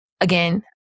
again